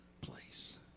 place